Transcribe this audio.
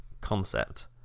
concept